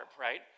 right